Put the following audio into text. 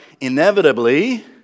inevitably